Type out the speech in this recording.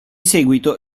seguito